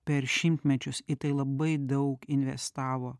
per šimtmečius į tai labai daug investavo